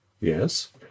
Yes